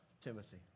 Timothy